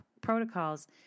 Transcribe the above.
protocols